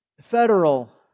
federal